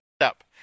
up